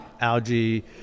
algae